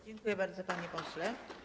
Dziękuję bardzo, panie pośle.